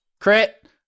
Crit